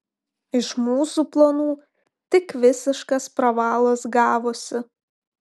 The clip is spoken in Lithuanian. iš mūsų planų tik visiškas pravalas gavosi